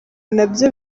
nabyo